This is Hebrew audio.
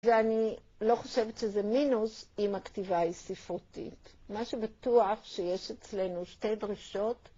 ואני לא חושבת שזה מינוס אם הכתיבה היא ספרותית, מה שבטוח שיש אצלנו שתי דרישות